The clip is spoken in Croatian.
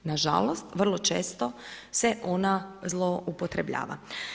Nažalost, vrlo često se ona zloupotrebljava.